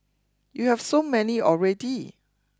you have so many already